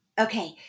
Okay